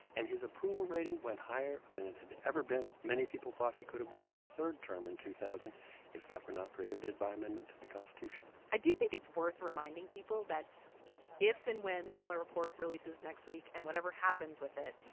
and his approval rating went higher than it had ever been. many people thought he could've won a third term in two thousand if that were not prohibited by amendment to the constitution i do think it's worth reminding people that if and when the mueller report releases next week and whatever happens with it,